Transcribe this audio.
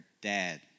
dad